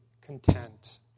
content